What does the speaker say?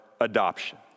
adoption